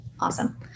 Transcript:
Awesome